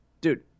dude